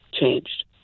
changed